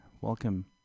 Welcome